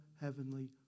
heavenly